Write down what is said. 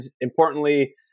importantly